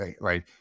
right